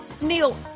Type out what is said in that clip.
Neil